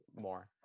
more